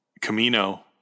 Camino